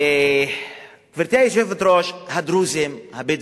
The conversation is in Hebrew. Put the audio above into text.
גברתי היושבת-ראש, הדרוזים, הבדואים,